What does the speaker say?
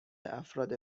افراد